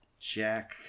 jack